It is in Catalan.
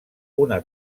una